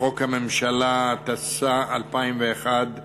לחוק הממשלה, התשס"א 2001,